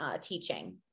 teaching